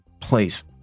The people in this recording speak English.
please